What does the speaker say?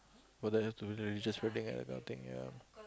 for that have to you just that kind of thing ya